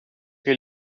che